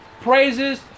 praises